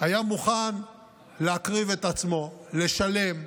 היה מוכן להקריב את עצמו, לשלם,